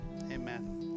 Amen